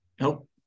nope